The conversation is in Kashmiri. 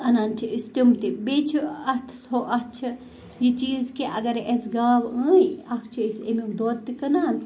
اَنان چھِ أسۍ تِم تہِ بیٚیہِ چھِ اَتھ اَتھ چھِ یہِ چیٖز کہِ اَگرَے اَسہِ گاو أنۍ اَکھ چھِ أسۍ امیُک دۄد تہِ کٕنان